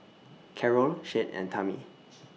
Carol Shade and Tami